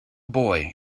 boy